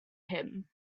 him